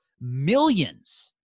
millions